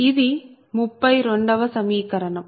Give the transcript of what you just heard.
ఇది 32 వ సమీకరణం